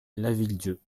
lavilledieu